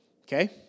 okay